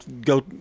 go